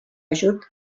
ajut